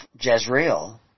Jezreel